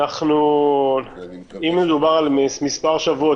אם מדובר על מספר שבועות.